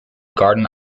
garden